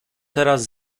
teraz